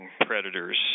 predators